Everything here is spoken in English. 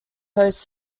hosts